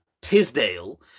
tisdale